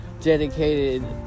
Dedicated